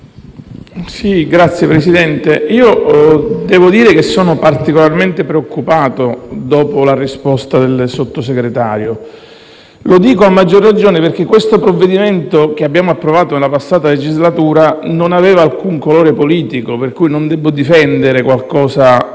Signor Presidente, sono particolarmente preoccupato dopo la risposta del Sottosegretario. Lo dico, a maggior ragione, perché questo provvedimento che abbiamo approvato nella passata legislatura non aveva alcun colore politico. Pertanto, non devo difendere qualcosa che